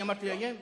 אני אמרתי "לאיים"?